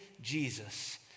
Jesus